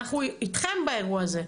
אתכם באירוע הזה.